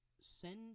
send